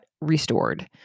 restored